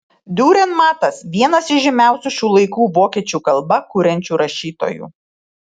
diurenmatas vienas iš žymiausių šių laikų vokiečių kalba kuriančių rašytojų